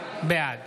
בעד